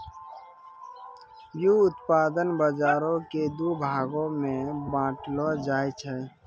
व्युत्पादन बजारो के दु भागो मे बांटलो जाय छै